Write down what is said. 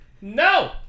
No